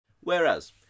Whereas